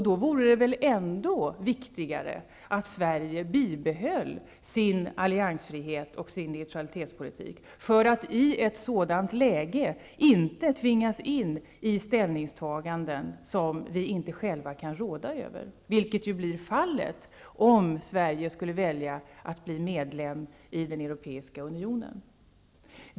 Då vore det ändå viktigare att Sverige bibehöll sin alliansfrihet och sin neutralitetspolitik, för att vi i ett sådant läge inte skall tvingas in i ställningstaganden som vi inte själva kan råda över, vilket blir fallet om Sverige skulle välja att bli medlem i den europeiska unionen.